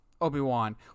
Obi-Wan